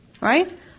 right